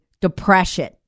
Depression